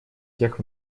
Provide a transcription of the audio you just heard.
всех